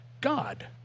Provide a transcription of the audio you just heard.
God